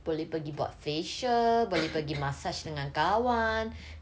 boleh pergi buat facial boleh pergi massage dengan kawan